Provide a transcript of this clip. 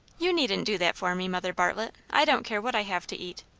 you needn't do that for me, mother bartlett. i don't care what i have to eat.